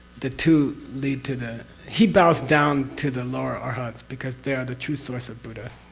the two lead to the. he bows down to the lower arthats because they are the true source of buddhas,